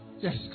Yes